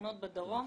לשיטפונות בדרום,